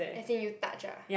as in you touch ah